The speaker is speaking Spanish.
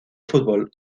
fútbol